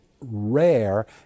rare